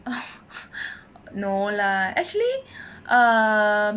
no lah actually uh